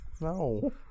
No